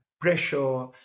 pressure